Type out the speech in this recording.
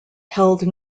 held